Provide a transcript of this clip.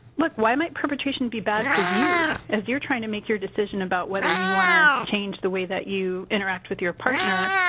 look, why might perpetration be bad for you? if you're trying to make your decision about whether you want to change the way that you interact with your partner,